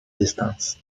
dystans